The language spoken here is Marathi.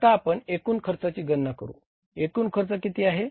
आता आपण एकूण खर्चाची गणना करू एकूण खर्च किती आहे